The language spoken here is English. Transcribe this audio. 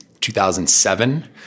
2007